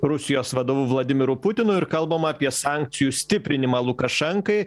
rusijos vadovu vladimiru putinu ir kalbama apie sankcijų stiprinimą lukašenkai